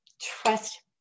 trust